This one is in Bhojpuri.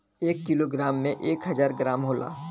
एक कीलो ग्राम में एक हजार ग्राम होला